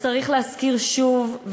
וצריך להזכיר שוב,